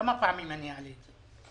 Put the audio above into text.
כמה פעמים אעלה את זה?